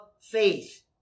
faith